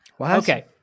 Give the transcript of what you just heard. Okay